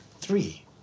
three